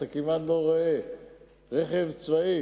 אתה כמעט לא רואה רכב צבאי